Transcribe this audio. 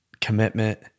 commitment